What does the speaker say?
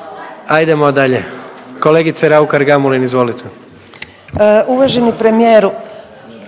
izvolite. **Raukar-Gamulin, Urša (Možemo!)** Uvaženi premijeru,